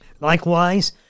Likewise